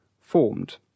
formed